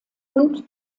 und